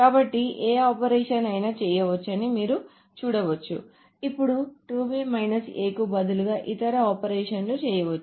కాబట్టి ఏ ఆపరేషన్ అయినా చేయవచ్చని మీరు చూడవచ్చు ఇప్పుడు కు బదులుగా ఇతర ఆపరేషన్లను చేయవచ్చు